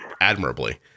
admirably